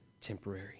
temporary